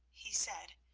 he said,